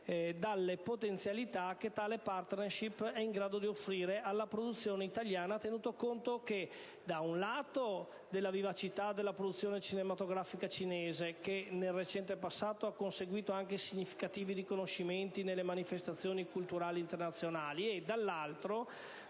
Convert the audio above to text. dalle potenzialità che tale *partnership* è in grado di offrire alla produzione italiana, tenuto conto - da un lato - della vivacità della produzione cinematografica cinese, che nel recente passato ha conseguito anche significativi riconoscimenti nelle manifestazioni culturali internazionali, e - dall'altro